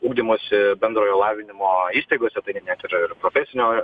ugdymosi bendrojo lavinimo įstaigose net ir ir profesinio